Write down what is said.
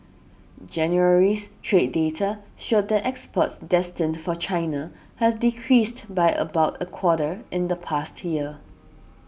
January's trade data showed that exports destined for China have decreased by about a quarter in the past year